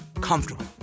comfortable